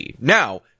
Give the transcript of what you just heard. now